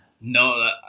no